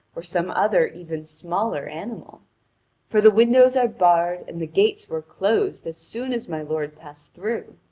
or some other even smaller animal for the windows are barred, and the gates were closed as soon as my lord passed through.